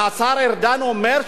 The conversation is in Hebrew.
השר ארדן אומר: